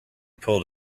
pulled